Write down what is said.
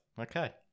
Okay